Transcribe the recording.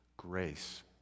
Grace